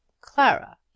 Clara